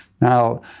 Now